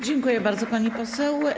Dziękuję bardzo, pani poseł.